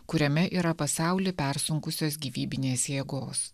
kuriame yra pasaulį persunkusios gyvybinės jėgos